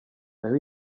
naho